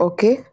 Okay